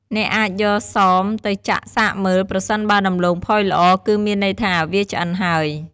អ្នកអាចយកសមទៅចាក់សាកមើល ប្រសិនបើដំឡូងផុយល្អ គឺមានន័យថា វាឆ្អិនហើយ។